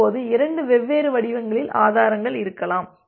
இப்போது இரண்டு வெவ்வேறு வடிவங்களில் ஆதாரங்கள் இருக்கலாம்